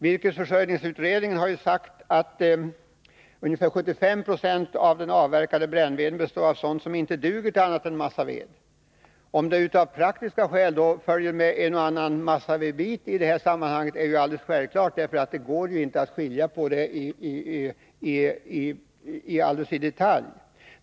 Virkesförsörjningsutredningen har anfört att ungefär 75 90 av den avverkade brännveden består av sådan som inte duger till annat än massaved. Att det följer med en och annan massavedbit är oundvikligt, eftersom det rent praktiskt inte går att skilja ut varje bit i detalj.